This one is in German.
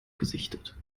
gesichtet